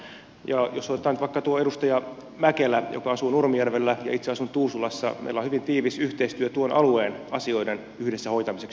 jos otetaan nyt vaikka tuo edustaja mäkelä joka asuu nurmijärvellä ja itse asun tuusulassa meillä on hyvin tiivis yhteistyö tuon alueen asioiden yhdessä hoitamiseksi